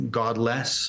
godless